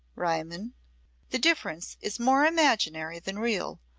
riemann the difference is more imaginary than real,